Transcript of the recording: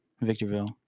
Victorville